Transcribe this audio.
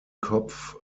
kopf